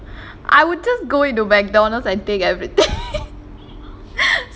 I would just go into McDonald's and take everything ஆமா:aamaa